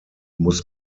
muss